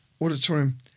auditorium